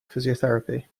physiotherapy